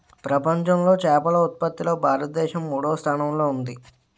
ప్రపంచంలో చేపల ఉత్పత్తిలో భారతదేశం మూడవ స్థానంలో ఉంది